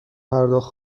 پرداخت